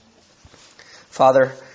Father